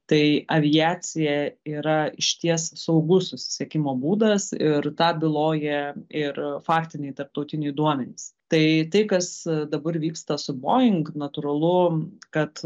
tai aviacija yra išties saugus susisiekimo būdas ir tą byloja ir faktiniai tarptautiniai duomenys tai tai kas dabar vyksta su boeing natūralu kad